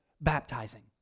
baptizing